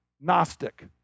Gnostic